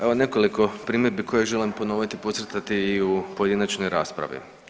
Evo nekoliko primjedbi koje želim ponoviti, podcrtati i u pojedinačnoj raspravi.